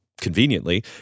conveniently